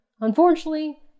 Unfortunately